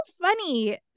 funny